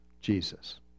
Jesus